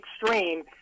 extreme